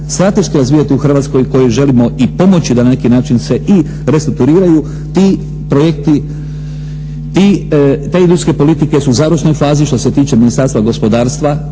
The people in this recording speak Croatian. strateški razvijati u Hrvatskoj, koji želimo i pomoći da na neki način se i restrukturiraju ti projekti, te industrijske politike su u završnoj fazi što se tiče Ministarstva gospodarstva